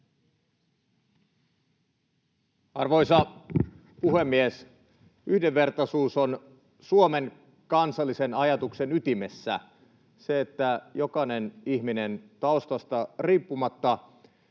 Arvoisa puhemies! Yhdenvertaisuus on Suomen kansallisen ajatuksen ytimessä, se, että jokainen ihminen taustasta riippumatta